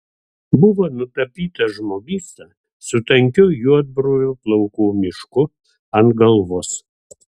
buvo nutapytas žmogysta su tankiu juodbruvų plaukų mišku ant galvos